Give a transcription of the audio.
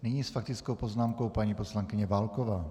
Nyní s faktickou poznámkou paní poslankyně Válková.